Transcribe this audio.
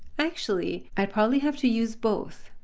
actually, i probably have to use both.